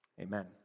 Amen